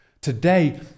Today